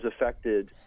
affected